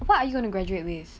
what are you going to graduate with